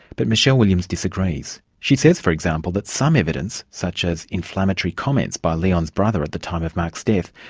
but michele williams disagrees. she says, for example, that some evidence such as inflammatory comments by leon's brother at the time of mark's death,